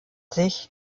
sich